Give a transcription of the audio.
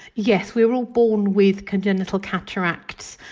yes, we were all born with congenital cataracts.